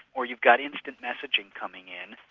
or you've got instant messaging coming in,